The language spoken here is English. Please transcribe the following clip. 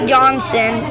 Johnson